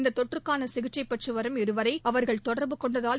இந்த தொற்றுக்கான சிகிச்சை பெற்று வரும் இருவரை அவர்கள் தொடர்பு கொண்டதால்